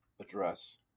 address